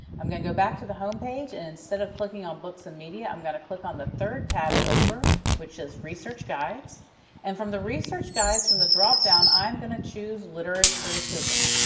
i'm gonna go back to the home page and instead of clicking on books and media, i'm going to click on the third tab over which is research guides and from the research guides from the drop-down i'm going to choose literary criticism.